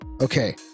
Okay